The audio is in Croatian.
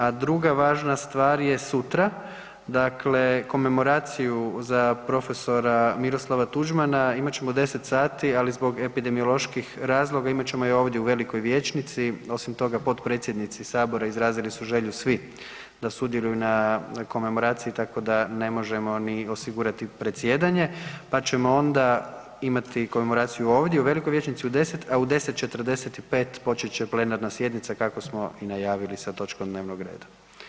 A druga važna stvar je sutra, dakle komemoraciju za prof. Miroslava Tuđmana imat ćemo u 10 sati ali zbog epidemioloških razloga, imat ćemo je ovdje u velikoj vijećnici, osim toga potpredsjednici Sabora izrazili su želju svih da sudjeluju na komemoraciji tako da ne možemo ni osigurati predsjedanje pa ćemo onda imati komemoraciju ovdje u velikoj vijećnici u 10 a u 10, 45 počet će plenarna sjednica kako smo i najavili sa točkom dnevnog reda.